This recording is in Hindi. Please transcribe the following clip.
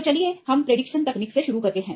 तो चलिए हम भविष्यवाणी तकनीक से शुरू करते हैं